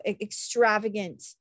extravagant